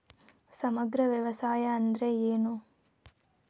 ಸಮಗ್ರ ವ್ಯವಸಾಯ ಅಂದ್ರ ಏನು?